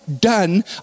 done